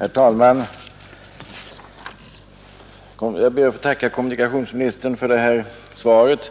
Herr talman! Jag ber att få tacka kommunikationsministern för svaret